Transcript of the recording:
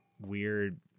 weird